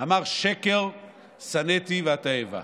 אמר "שקר שנאתי ואתעבה".